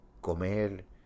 comer